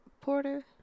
Porter